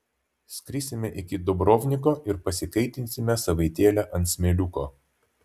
skrisime iki dubrovniko ir pasikaitinsime savaitėlę ant smėliuko